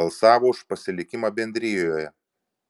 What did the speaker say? balsavo už pasilikimą bendrijoje